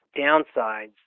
downsides